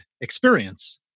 experience